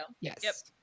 Yes